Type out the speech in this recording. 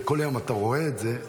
וכל היום אתה רואה את זה,